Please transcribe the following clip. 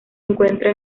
encuentra